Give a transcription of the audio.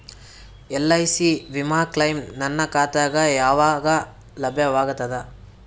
LIC ವಿಮಾ claim ನನ್ನ ಖಾತಾಗ ಯಾವಾಗ ಲಭ್ಯವಾಗತದ?